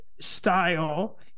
style